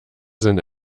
sind